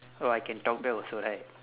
oh I can talk back also right